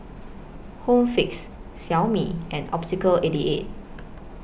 Home Fix Xiaomi and Optical eighty eight